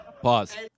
Pause